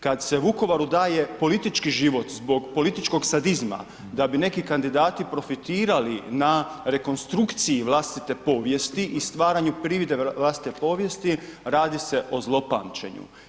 Kad se Vukovaru daje politički život zbog političkog sadizma da bi neki kandidati profitirali na rekonstrukciji vlastite povijesti i stvaranju privida vlastite povijesti radi se o zlopamćenju.